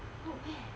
work where